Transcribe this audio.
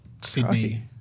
Sydney